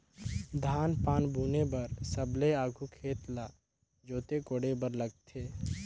धान पान बुने बर सबले आघु खेत ल जोते कोड़े बर लगथे